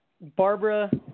Barbara